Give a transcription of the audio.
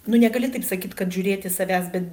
nu negali taip sakyt kad žiūrėti savęs bet